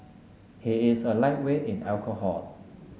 he is a lightweight in alcohol